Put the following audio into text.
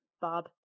Bob